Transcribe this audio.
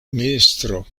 ministro